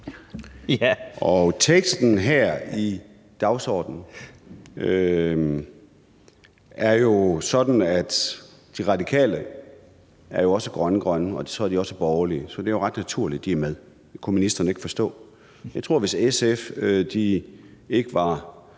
os, der er grøn-grønne. Det er jo sådan, at De Radikale også er grøn-grønne, og så er de også borgerlige, så det er jo ret naturligt, at de er med; det kunne ministeren ikke forstå. Jeg tror, at hvis SF ikke var